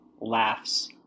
Laughs